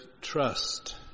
trust